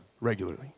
regularly